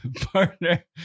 Partner